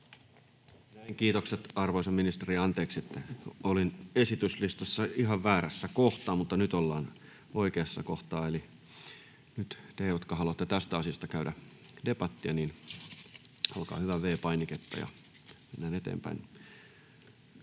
Kiitokset. — Arvoisa ministeri, anteeksi, että olin esityslistassa ihan väärässä kohtaa. Mutta nyt ollaan oikeassa kohtaa, eli nyt te, jotka haluatte tästä asiasta käydä debattia, olkaa hyvä, painakaa V-painiketta, ja mennään eteenpäin.